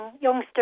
youngsters